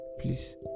Please